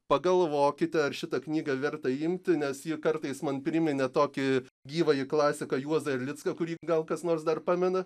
pagalvokite ar šitą knygą verta imti nes ji kartais man priminė tokį gyvąjį klasiką juozą erlicką kurį gal kas nors dar pamena